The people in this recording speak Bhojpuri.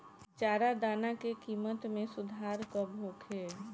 चारा दाना के किमत में सुधार कब होखे?